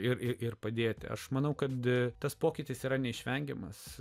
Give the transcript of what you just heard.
ir ir padėti aš manau kad tas pokytis yra neišvengiamas